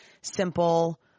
simple